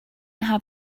have